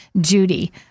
Judy